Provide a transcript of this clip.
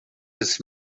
his